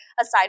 aside